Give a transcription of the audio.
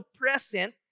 present